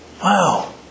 Wow